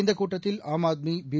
இந்தகூட்டத்தில் ஆம் ஆத்மி பி